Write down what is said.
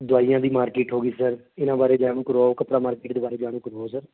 ਦਵਾਈਆਂ ਦੀ ਮਾਰਕੀਟ ਹੋ ਗਈ ਸਰ ਇਹਨਾਂ ਬਾਰੇ ਜਾਣੂ ਕਰਵਾਓ ਕੱਪੜਾ ਮਾਰਕਿਟ ਦੇ ਬਾਰੇ ਜਾਣੂ ਕਰਵਾਓ ਸਰ